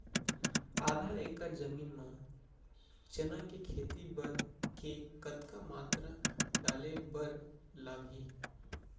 आधा एकड़ जमीन मा चना के खेती बर के कतका मात्रा डाले बर लागही?